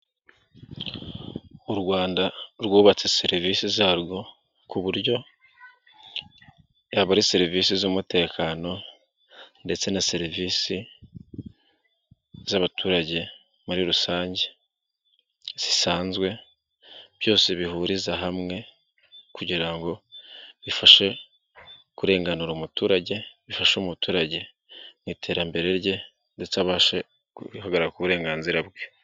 U Rwanda rwubatse serivisi zarwo ku buryo yaba ari serivisi z'umutekano ndetse na serivisi z'abaturage muri rusange, zisanzwe byose bihuriza hamwe kugira ngo bifashe kurenganura umuturage, bifasha umuturage mu iterambere rye ndetse abashehagararika uburenganzira bwe.